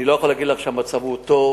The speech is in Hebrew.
אני לא יכול להגיד לך שהמצב הוא טוב,